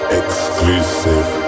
exclusive